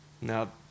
Now